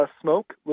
smoke